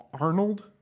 Arnold